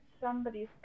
somebody's